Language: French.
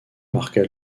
marqua